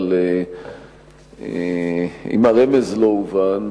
אבל אם הרמז לא הובן,